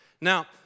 Now